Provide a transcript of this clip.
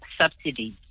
subsidies